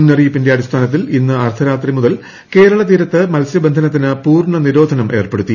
മുന്നറിയിപ്പിന്റെ അടിസ്ഥാനത്തിൽ ഇന്ന് അർദ്ധരാത്രി മുതൽ ് കേരള തീരത്ത് മത്സ്യബന്ധനത്തിന് പൂർണ നിരോധനം ഏർപ്പെടുത്തി